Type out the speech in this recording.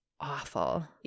awful